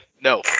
No